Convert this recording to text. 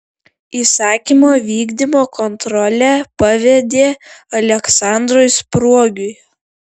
įsakymo vykdymo kontrolę pavedė aleksandrui spruogiui